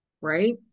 right